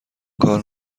کار